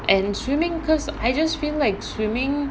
and swimming because I just feel like swimming